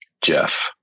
Jeff